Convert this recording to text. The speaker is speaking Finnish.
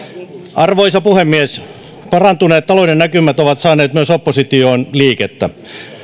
arvoisa puhemies parantuneet talouden näkymät ovat saaneet myös oppositioon liikettä